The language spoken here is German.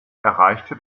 erreichte